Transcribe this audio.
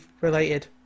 related